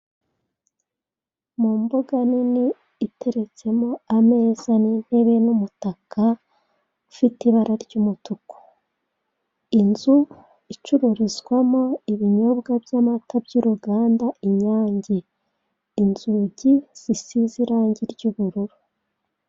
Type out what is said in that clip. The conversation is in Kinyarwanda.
Mumbuga nini iteretsemo ameza n'intebe n'umutaka ifite ibara ry'umutuku, inzu icururizwamo ibinyobwa by'amata byuruganda inyange, inzugi zisize irange ry'ubururu.